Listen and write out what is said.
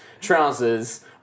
trousers